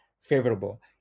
favorable